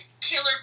killer